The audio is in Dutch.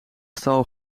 staal